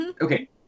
Okay